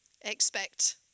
expect